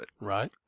Right